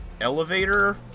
elevator